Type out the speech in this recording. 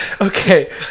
Okay